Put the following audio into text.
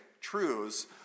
truths